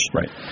right